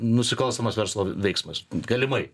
nusikalstamas verslo veiksmas galimai